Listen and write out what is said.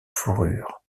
fourrure